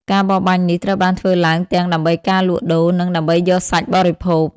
ការបរបាញ់នេះត្រូវបានធ្វើឡើងទាំងដើម្បីការលក់ដូរ និងដើម្បីយកសាច់បរិភោគ។